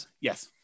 Yes